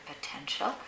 potential